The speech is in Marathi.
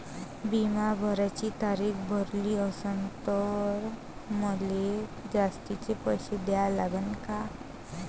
बिमा भराची तारीख भरली असनं त मले जास्तचे पैसे द्या लागन का?